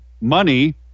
money